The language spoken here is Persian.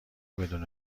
بدون